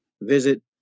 visit